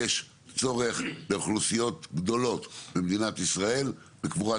יש צורך לאוכלוסיות גדולות במדינת ישראל בקבורת